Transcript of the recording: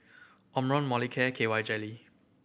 Omron Molicare and K Y Jelly